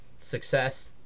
success